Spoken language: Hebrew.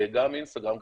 גם אינסטגרם,